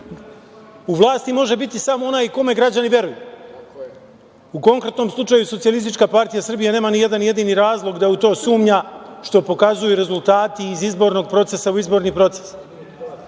U vlasti može biti samo onaj kome građani veruju, u konkretnom slučaju, Socijalistička partija Srbije nema nijedan jedini razlog da u to sumnja, što pokazuju rezultati iz izbornog procesa u izborni proces. Ono